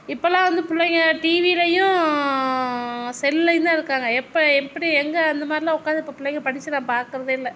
இப்போலாம் வந்து பிள்ளைங்க டிவிலையும் செல்லையும்தான் இருக்காங்க எப்போ எப்படி எங்கே எந்த மாதிரிலாம் உக்காந்து இப்போ பிள்ளைங்க படிச்சு நான் பார்க்குறதே இல்லை